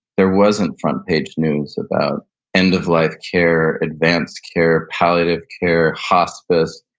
there wasn't front page news about end of life care, advanced care, palliative care, hospice.